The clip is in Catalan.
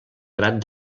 grat